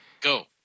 go